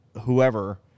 whoever